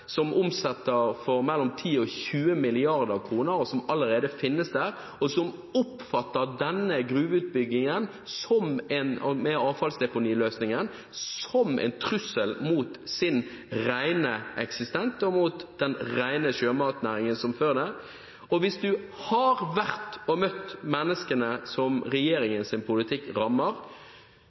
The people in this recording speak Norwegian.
som omsetter for mellom 10 og 20 mrd. kr, og som allerede finnes der – og som oppfatter denne gruveutbyggingen med avfallsdeponiløsningen som en trussel mot sin rene eksistens og mot den rene sjømatnæringen som førende – og hvis du har møtt menneskene som regjeringens politikk rammer,